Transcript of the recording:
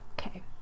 okay